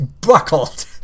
buckled